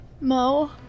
Mo